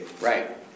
Right